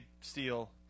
steal